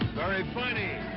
very funny.